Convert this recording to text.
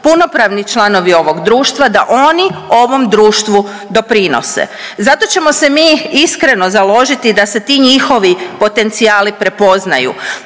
punopravni članovi ovog društva, da oni ovom društvu doprinose. Zato ćemo se mi iskreno založiti da se ti njihovi potencijali prepoznaju.